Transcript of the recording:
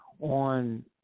on